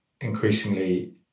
increasingly